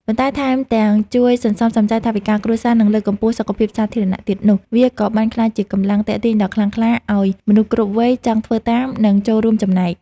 ប៉ុន្តែថែមទាំងជួយសន្សំសំចៃថវិកាគ្រួសារ និងលើកកម្ពស់សុខភាពសាធារណៈទៀតនោះ វាក៏បានក្លាយជាកម្លាំងទាក់ទាញដ៏ខ្លាំងក្លាឱ្យមនុស្សគ្រប់វ័យចង់ធ្វើតាម និងចូលរួមចំណែក។